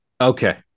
Okay